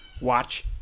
watch